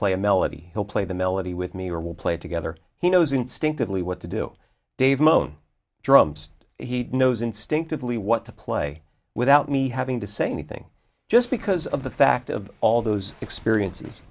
play a melody he'll play the melody with me or we'll play together he knows instinctively what to do dave mon drums he knows instinctively what to play without me having to say anything just because of the fact of all those experiences